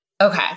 Okay